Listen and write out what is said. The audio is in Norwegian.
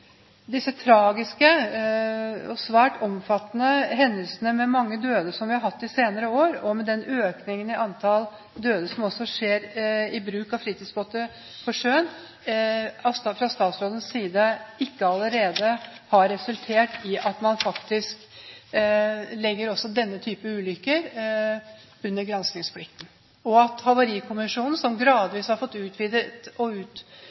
disse tragiske og svært omfattende hendelsene, med mange døde som vi har hatt de senere år, og med den økningen i antall døde som også skjer ved bruk av fritidsbåter på sjøen, ikke allerede har resultert i at statsråden faktisk vil innføre også for denne type ulykker granskingsplikt for Havarikommisjonen, som gradvis har fått utvidet sitt virke fra den ble opprettet i 1989, fra vei til jernbane og